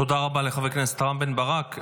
תודה רבה לחבר הכנסת רם בן ברק.